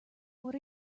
what